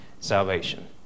salvation